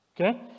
okay